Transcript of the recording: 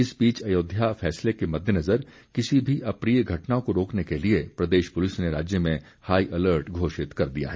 इस बीच अयोध्या फैसले के मद्देनजर किसी भी अप्रिय घटना को रोकने के लिए प्रदेश पुलिस ने राज्य में हाई अलर्ट घोषित कर दिया है